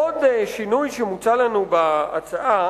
עוד שינוי שמוצע לנו בהצעה